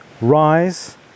Rise